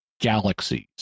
galaxies